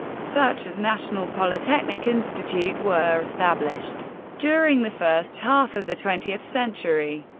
such as national polytechnic institute, were established during the first half of the twentieth century.